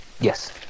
Yes